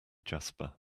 jasper